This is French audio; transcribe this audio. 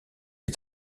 est